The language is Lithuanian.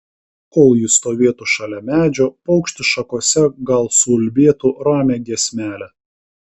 kol ji stovėtų šalia medžio paukštis šakose gal suulbėtų ramią giesmelę